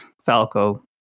Falco